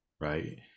right